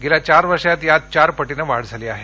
गेल्या चार वर्षात यात चार पटीने वाढ झाली आहे